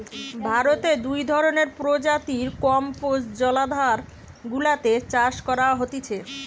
ভারতে দু ধরণের প্রজাতির কম্বোজ জলাধার গুলাতে চাষ করা হতিছে